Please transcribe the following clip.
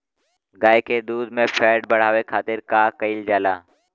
गाय के दूध में फैट बढ़ावे खातिर का कइल जाला?